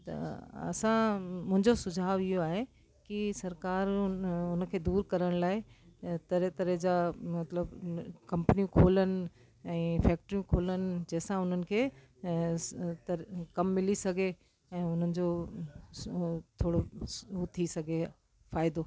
त असां मुंहिंजो सुझाव इहो आहे की सरकार हुन हुनखे दूर करण लाइ ईअं तरह तरह जा मतिलबु कंपनियूं खोलनि ऐं फैक्ट्रियूं खोलनि जंहिंसां हुननि खे ऐं कम मिली सघे ऐं हुननि जो थोरो हूअ थी सघे फ़ाइदो